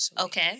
Okay